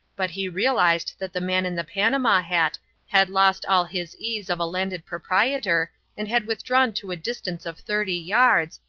but he realized that the man in the panama hat had lost all his ease of a landed proprietor and had withdrawn to a distance of thirty yards,